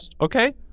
okay